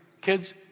Kids